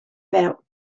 felt